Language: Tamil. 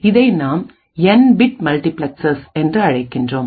இதை நாம் என் பிட் மல்டிபிளக்ஸ்ஸஸ் என்று அழைக்கின்றோம்